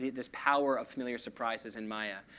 this power of familiar surprises and maya,